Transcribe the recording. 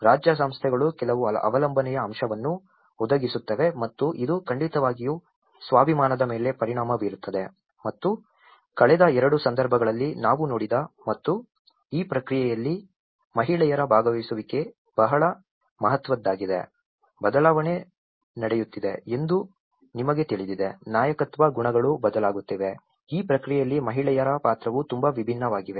ರಾಜ್ಯ ಸಂಸ್ಥೆಗಳು ಕೆಲವು ಅವಲಂಬನೆಯ ಅಂಶವನ್ನು ಒದಗಿಸುತ್ತವೆ ಮತ್ತು ಇದು ಖಂಡಿತವಾಗಿಯೂ ಸ್ವಾಭಿಮಾನದ ಮೇಲೆ ಪರಿಣಾಮ ಬೀರುತ್ತದೆ ಇದು ಕಳೆದ ಎರಡು ಸಂದರ್ಭಗಳಲ್ಲಿ ನಾವು ನೋಡಿದ ಮತ್ತು ಈ ಪ್ರಕ್ರಿಯೆಯಲ್ಲಿ ಮಹಿಳೆಯರ ಭಾಗವಹಿಸುವಿಕೆ ಬಹಳ ಮಹತ್ವದ್ದಾಗಿದೆ ಬದಲಾವಣೆ ನಡೆಯುತ್ತಿದೆ ಎಂದು ನಿಮಗೆ ತಿಳಿದಿದೆ ನಾಯಕತ್ವ ಗುಣಗಳು ಬದಲಾಗುತ್ತಿವೆ ಈ ಪ್ರಕ್ರಿಯೆಯಲ್ಲಿ ಮಹಿಳೆಯರ ಪಾತ್ರವು ತುಂಬಾ ವಿಭಿನ್ನವಾಗಿದೆ